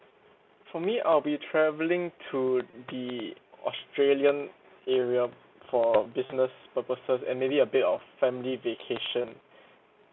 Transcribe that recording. for me I'll be travelling to the australian area for business purposes and maybe a bit of family vacation